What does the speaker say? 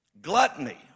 gluttony